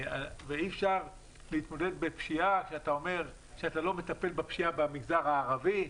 ואי אפשר להתמודד בפשיעה כשאתה אומר שאתה לא מטפל בפשיעה במגזר הערבי,